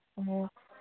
ꯑꯣ